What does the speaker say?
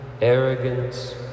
arrogance